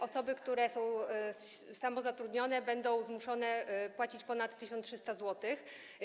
Osoby, które są samozatrudnione, będą zmuszone płacić ponad 1300 zł.